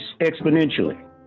exponentially